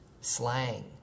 slang